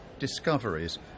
discoveries